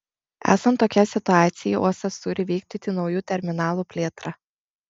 esant tokiai situacijai uostas turi vykdyti naujų terminalų plėtrą